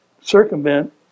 circumvent